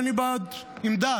אין לי בעיות עם דת,